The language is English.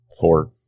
Four